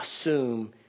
assume